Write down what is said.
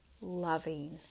loving